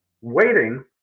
Waiting